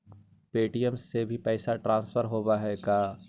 Paytm से भी पैसा ट्रांसफर होवहकै?